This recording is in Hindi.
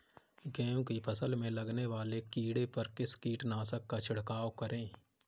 गेहूँ की फसल में लगने वाले कीड़े पर किस कीटनाशक का छिड़काव करें?